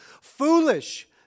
foolish